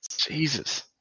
Jesus